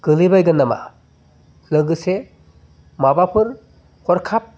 गोलैबायगोन नामा लोगोसे माबाफोर हरखाब